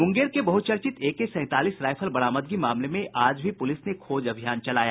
मुंगेर के बहुचर्चित एके सैंतालीस राइफल बरामदगी मामले में आज भी पुलिस ने खोज अभियान चलाया